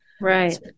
Right